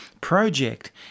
project